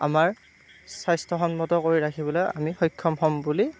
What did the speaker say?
আমাৰ স্বাস্থ্যসন্মত কৰি ৰাখিবলৈ আমি সক্ষম হ'ম বুলি